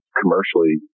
commercially